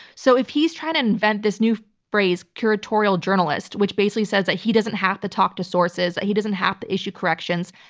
so if he's trying to invent this new phrase, curatorial journalist, which basically says that he doesn't have to talk to sources, he doesn't have to issue corrections,